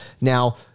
now